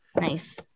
Nice